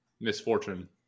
misfortune